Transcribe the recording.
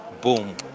boom